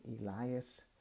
Elias